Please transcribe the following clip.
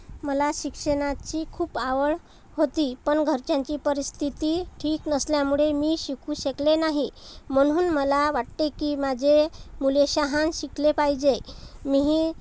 मला शिक्षणाची खूप आवड होती पण घरच्यांची परिस्थिती ठीक नसल्यामुळे मी शिकू शकले नाही म्हणून मला वाटते की माझे मुले शहान शिकले पाहिजे मी ही